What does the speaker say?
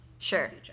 Sure